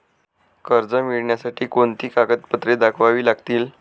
कर्ज मिळण्यासाठी कोणती कागदपत्रे दाखवावी लागतील?